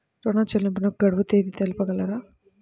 ఋణ చెల్లింపుకు గడువు తేదీ తెలియచేయగలరా?